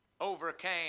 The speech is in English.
overcame